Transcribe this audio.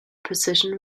position